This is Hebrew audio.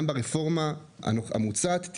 גם ברפורמה המוצעת,